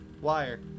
wire